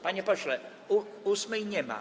Panie pośle, ósmej nie ma.